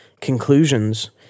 conclusions